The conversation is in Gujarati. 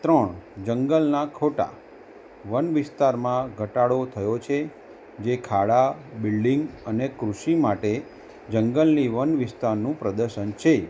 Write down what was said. ત્રણ જંગલના ખોટા વન વિસ્તારમાં ઘટાડો થયો છે જે ખાડા બિલ્ડિંગ અને કૃષિ માટે જંગલની વન વિસ્તારનું પ્રદર્શન છે